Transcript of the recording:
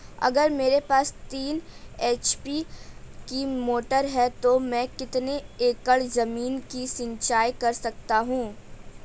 अगर मेरे पास तीन एच.पी की मोटर है तो मैं कितने एकड़ ज़मीन की सिंचाई कर सकता हूँ?